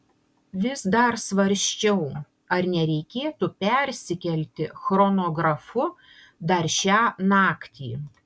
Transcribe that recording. vis dar svarsčiau ar nereikėtų persikelti chronografu dar šią naktį